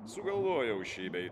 sugalvojau šį bei tą